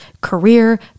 career